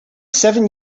seven